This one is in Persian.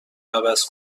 عوض